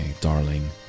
darling